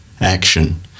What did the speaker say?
action